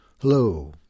Hello